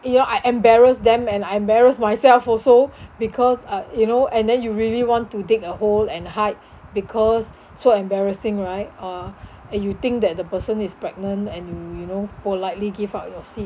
you know I embarrass them and I embarrass myself also because uh you know and then you really want to dig a hole and hide because so embarrassing right uh and you think that the person is pregnant and you know politely give up your seat